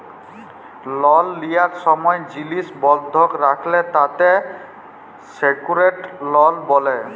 লল লিয়ার সময় জিলিস বন্ধক রাখলে তাকে সেক্যুরেড লল ব্যলে